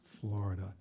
Florida